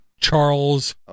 Charles